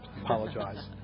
Apologize